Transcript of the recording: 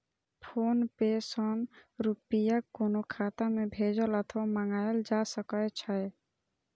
PhonePe सं रुपया कोनो खाता मे भेजल अथवा मंगाएल जा सकै छै